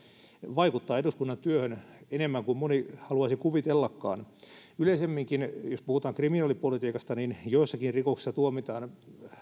vaikuttaa eduskunnan työhön enemmän kuin moni haluaisi kuvitellakaan yleisemminkin jos puhutaan kriminaalipolitiikasta niin joissakin rikoksissa tuomitaan